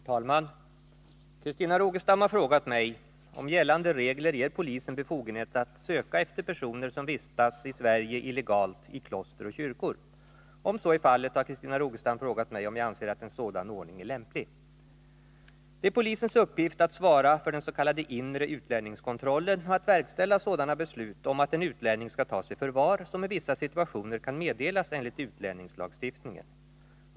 Herr talman! Christina Rogestam har frågat mig om gällande regler ger polisen befogenhet att söka efter personer som vistas i Sverige illegalt i kloster och kyrkor. Om så är fallet har Christina Rogestam frågat mig om jag anser att en sådan ordning är lämplig. Det är polisens uppgift att svara för den s.k. inre utlänningskontrollen och att verkställa sådana beslut om att en utlänning skall tas i förvar som i vissa situationer kan meddelas enligt utlänningslagstiftningen.